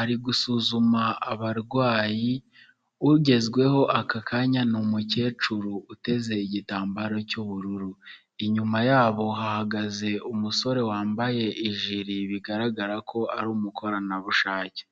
ari gusuzuma abarwayi ugezweho aka kanya ni umukecuru uteze igitambaro cy'ubururu, inyuma yabo hahagaze umusore wambaye ijiri bigaragara ko ari umukoranabushake.